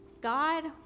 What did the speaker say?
God